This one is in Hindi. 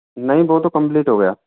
नहीं वो तो कंप्लीट हो गया